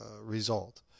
result